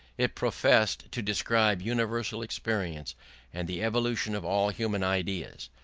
it professed to describe universal experience and the evolution of all human ideas.